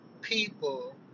People